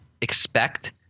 expect